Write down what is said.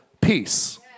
peace